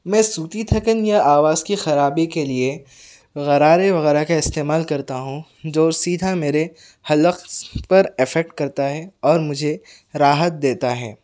میں صوتی تھکن یا آواز کی خرابی کے لئے غرارے وغیرہ کا استعمال کرتا ہوں جو سیدھا میرے حلق پر ایفکٹ کرتا ہے اور مجھے راحت دیتا ہے